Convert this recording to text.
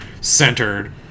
centered